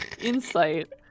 Insight